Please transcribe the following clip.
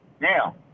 Now